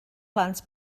plant